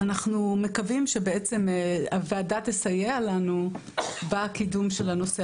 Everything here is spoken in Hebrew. אנחנו מקווים שהוועדה תסייע לנו בקידום הנושא